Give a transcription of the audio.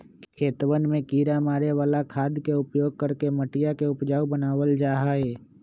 खेतवन में किड़ा मारे वाला खाद के उपयोग करके मटिया के उपजाऊ बनावल जाहई